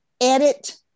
edit